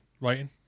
writing